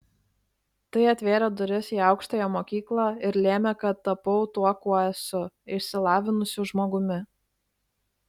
tai atvėrė duris į aukštąją mokyklą ir lėmė kad tapau tuo kuo esu išsilavinusiu žmogumi